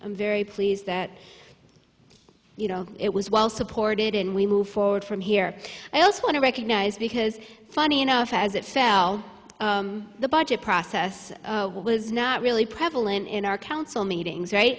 i'm very pleased that you know it was well supported and we move forward from here i also want to recognize because funny enough as it fell the budget process was not really prevalent in our council meetings right